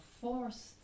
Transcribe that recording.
forced